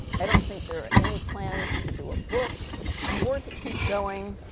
i don't think there are any plans to do a book or to keep going.